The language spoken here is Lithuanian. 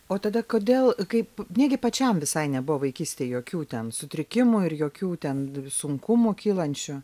o tada kodėl kaip negi pačiam visai nebuvo vaikystėj jokių ten sutrikimų ir jokių ten sunkumų kylančių